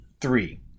three